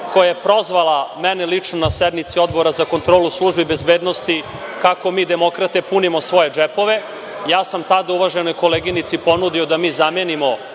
koja je prozvala mene lično na sednici Odbora za kontrolu službi bezbednosti kako mi demokrate punimo svoje džepove. Ja sam tad uvaženoj koleginici ponudio da mi zamenimo